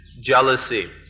jealousy